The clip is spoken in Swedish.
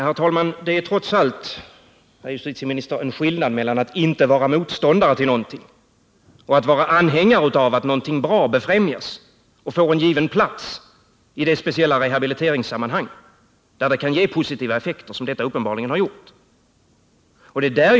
Herr talman! Det är trots allt, herr justitieminister, en skillnad mellan att inte vara motståndare till någonting och att vara anhängare av att någonting bra befrämjas och får en given plats i det speciella rehabiliteringssammanhang där det kan ge positiva effekter, vilket denna verksamhet uppenbarligen har givit.